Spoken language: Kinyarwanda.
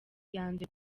yanze